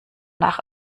nach